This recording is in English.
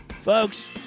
folks